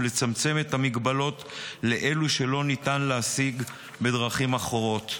ולצמצם את המגבלות לאלו שלא ניתן להשיג בדרכים אחרות.